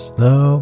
Slow